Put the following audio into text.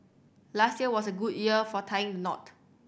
last year was a good year for tying the knot